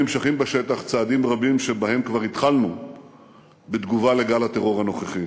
נמשכים בשטח צעדים רבים שבהם כבר התחלנו בתגובה לגל הטרור הנוכחי.